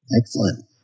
Excellent